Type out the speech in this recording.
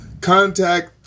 contact